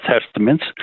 Testaments